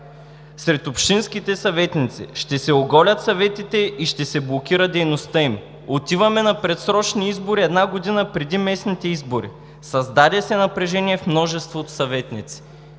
сред общинските съветници, ще се оголят съветите и ще се блокира дейността им. Отиваме на предсрочни избори една година преди местните избори. Създаде се напрежение в множество от съветници“.